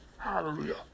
Hallelujah